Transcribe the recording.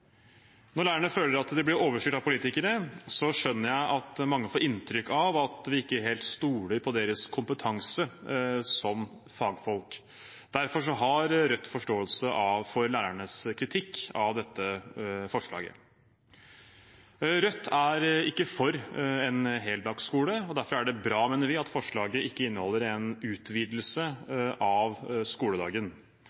Når lærerne føler at de blir overstyrt av politikerne, skjønner jeg at mange får inntrykk av at vi ikke helt stoler på deres kompetanse som fagfolk. Derfor har Rødt forståelse for lærernes kritikk av dette forslaget. Rødt er ikke for en heldagsskole, og derfor mener vi det er bra at forslaget ikke inneholder en utvidelse